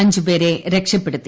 അഞ്ചുപേരെ രക്ഷപ്പെടുത്തി